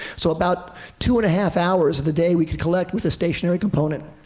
so, about two and a half hours of the day we could collect with a stationary component.